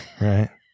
right